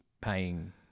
paying